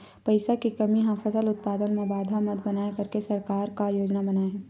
पईसा के कमी हा फसल उत्पादन मा बाधा मत बनाए करके सरकार का योजना बनाए हे?